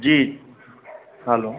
जी हलो